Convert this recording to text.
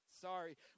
Sorry